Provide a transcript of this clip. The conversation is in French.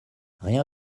rien